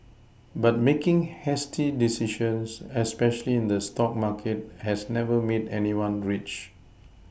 but making hasty decisions especially in the stock market has never made anyone rich